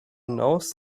knows